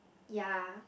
ya